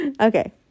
okay